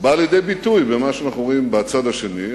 בא לידי ביטוי במה שאנחנו רואים בצד השני,